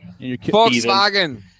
Volkswagen